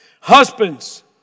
Husbands